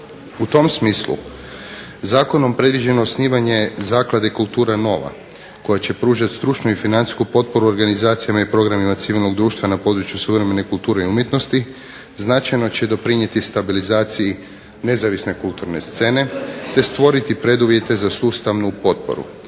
U tom smislu zakonom predviđeno osnivanje Zaklade "Kultura Nova" koja će pružat stručnu i financijsku potporu organizacijama i programima civilnog društva na području suvremene kulture i umjetnosti, značajno će doprinijeti stabilizaciji nezavisne kulturne scene te stvoriti preduvjete za sustavnu potporu.